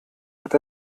hat